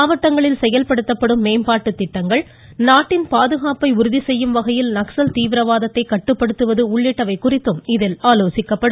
மாவட்டங்களில் செயல்படுத்தப்படும் மேம்பாட்டு திட்டங்கள் நாட்டின் பாதுகாப்பை உறுதிசெய்யும் வகையில் நக்சல் தீவிரவாதத்தை கட்டுப்படுத்துவது உள்ளிட்டவை குறித்தும் இதில் ஆலோசிக்கப்படும்